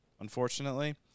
unfortunately